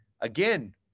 again